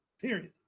Period